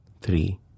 three